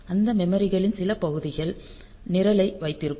அந்த மெமரிகளின் சில பகுதிகள் நிரலை வைத்திருக்கும்